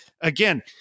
again